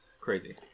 crazy